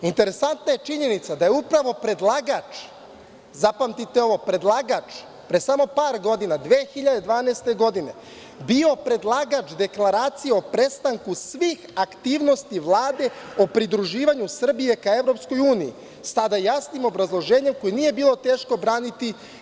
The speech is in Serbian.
Interesantna je činjenica da je upravo predlagač pre samo par godina, 2012. godine bio predlagač Deklaracije o prestanku svih aktivnosti Vlade o pridruživanju Srbije ka EU sa jasnim obrazloženjem koje nije bilo teško braniti.